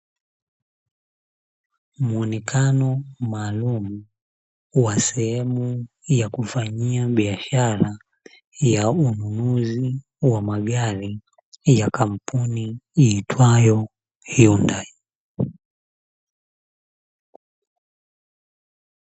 Muonekano maalumu wa sehemu ya kufanyia biashara ya ununuzi wa magari ya kampuni iitwayo Yundai.